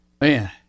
Man